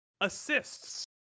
Assists